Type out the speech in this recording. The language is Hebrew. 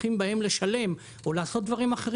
על כך שהם צריכים לשלם או לעשות דברים אחרים,